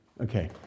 Okay